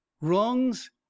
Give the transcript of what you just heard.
Wrongs